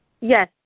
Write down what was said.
Yes